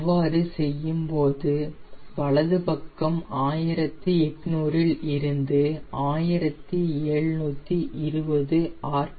இவ்வாறு செய்யும்போது வலது பக்கம் 1800 இல் இருந்து 1720 ஆர்